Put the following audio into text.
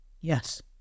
Yes